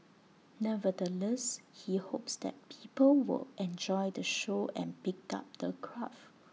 nevertheless he hopes that people will enjoy the show and pick up the craft